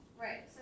right